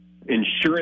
insurance